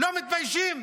לא מתביישים?